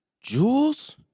Jules